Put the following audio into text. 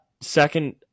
Second